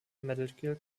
medical